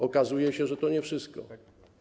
Okazuje się, że to nie wszystko.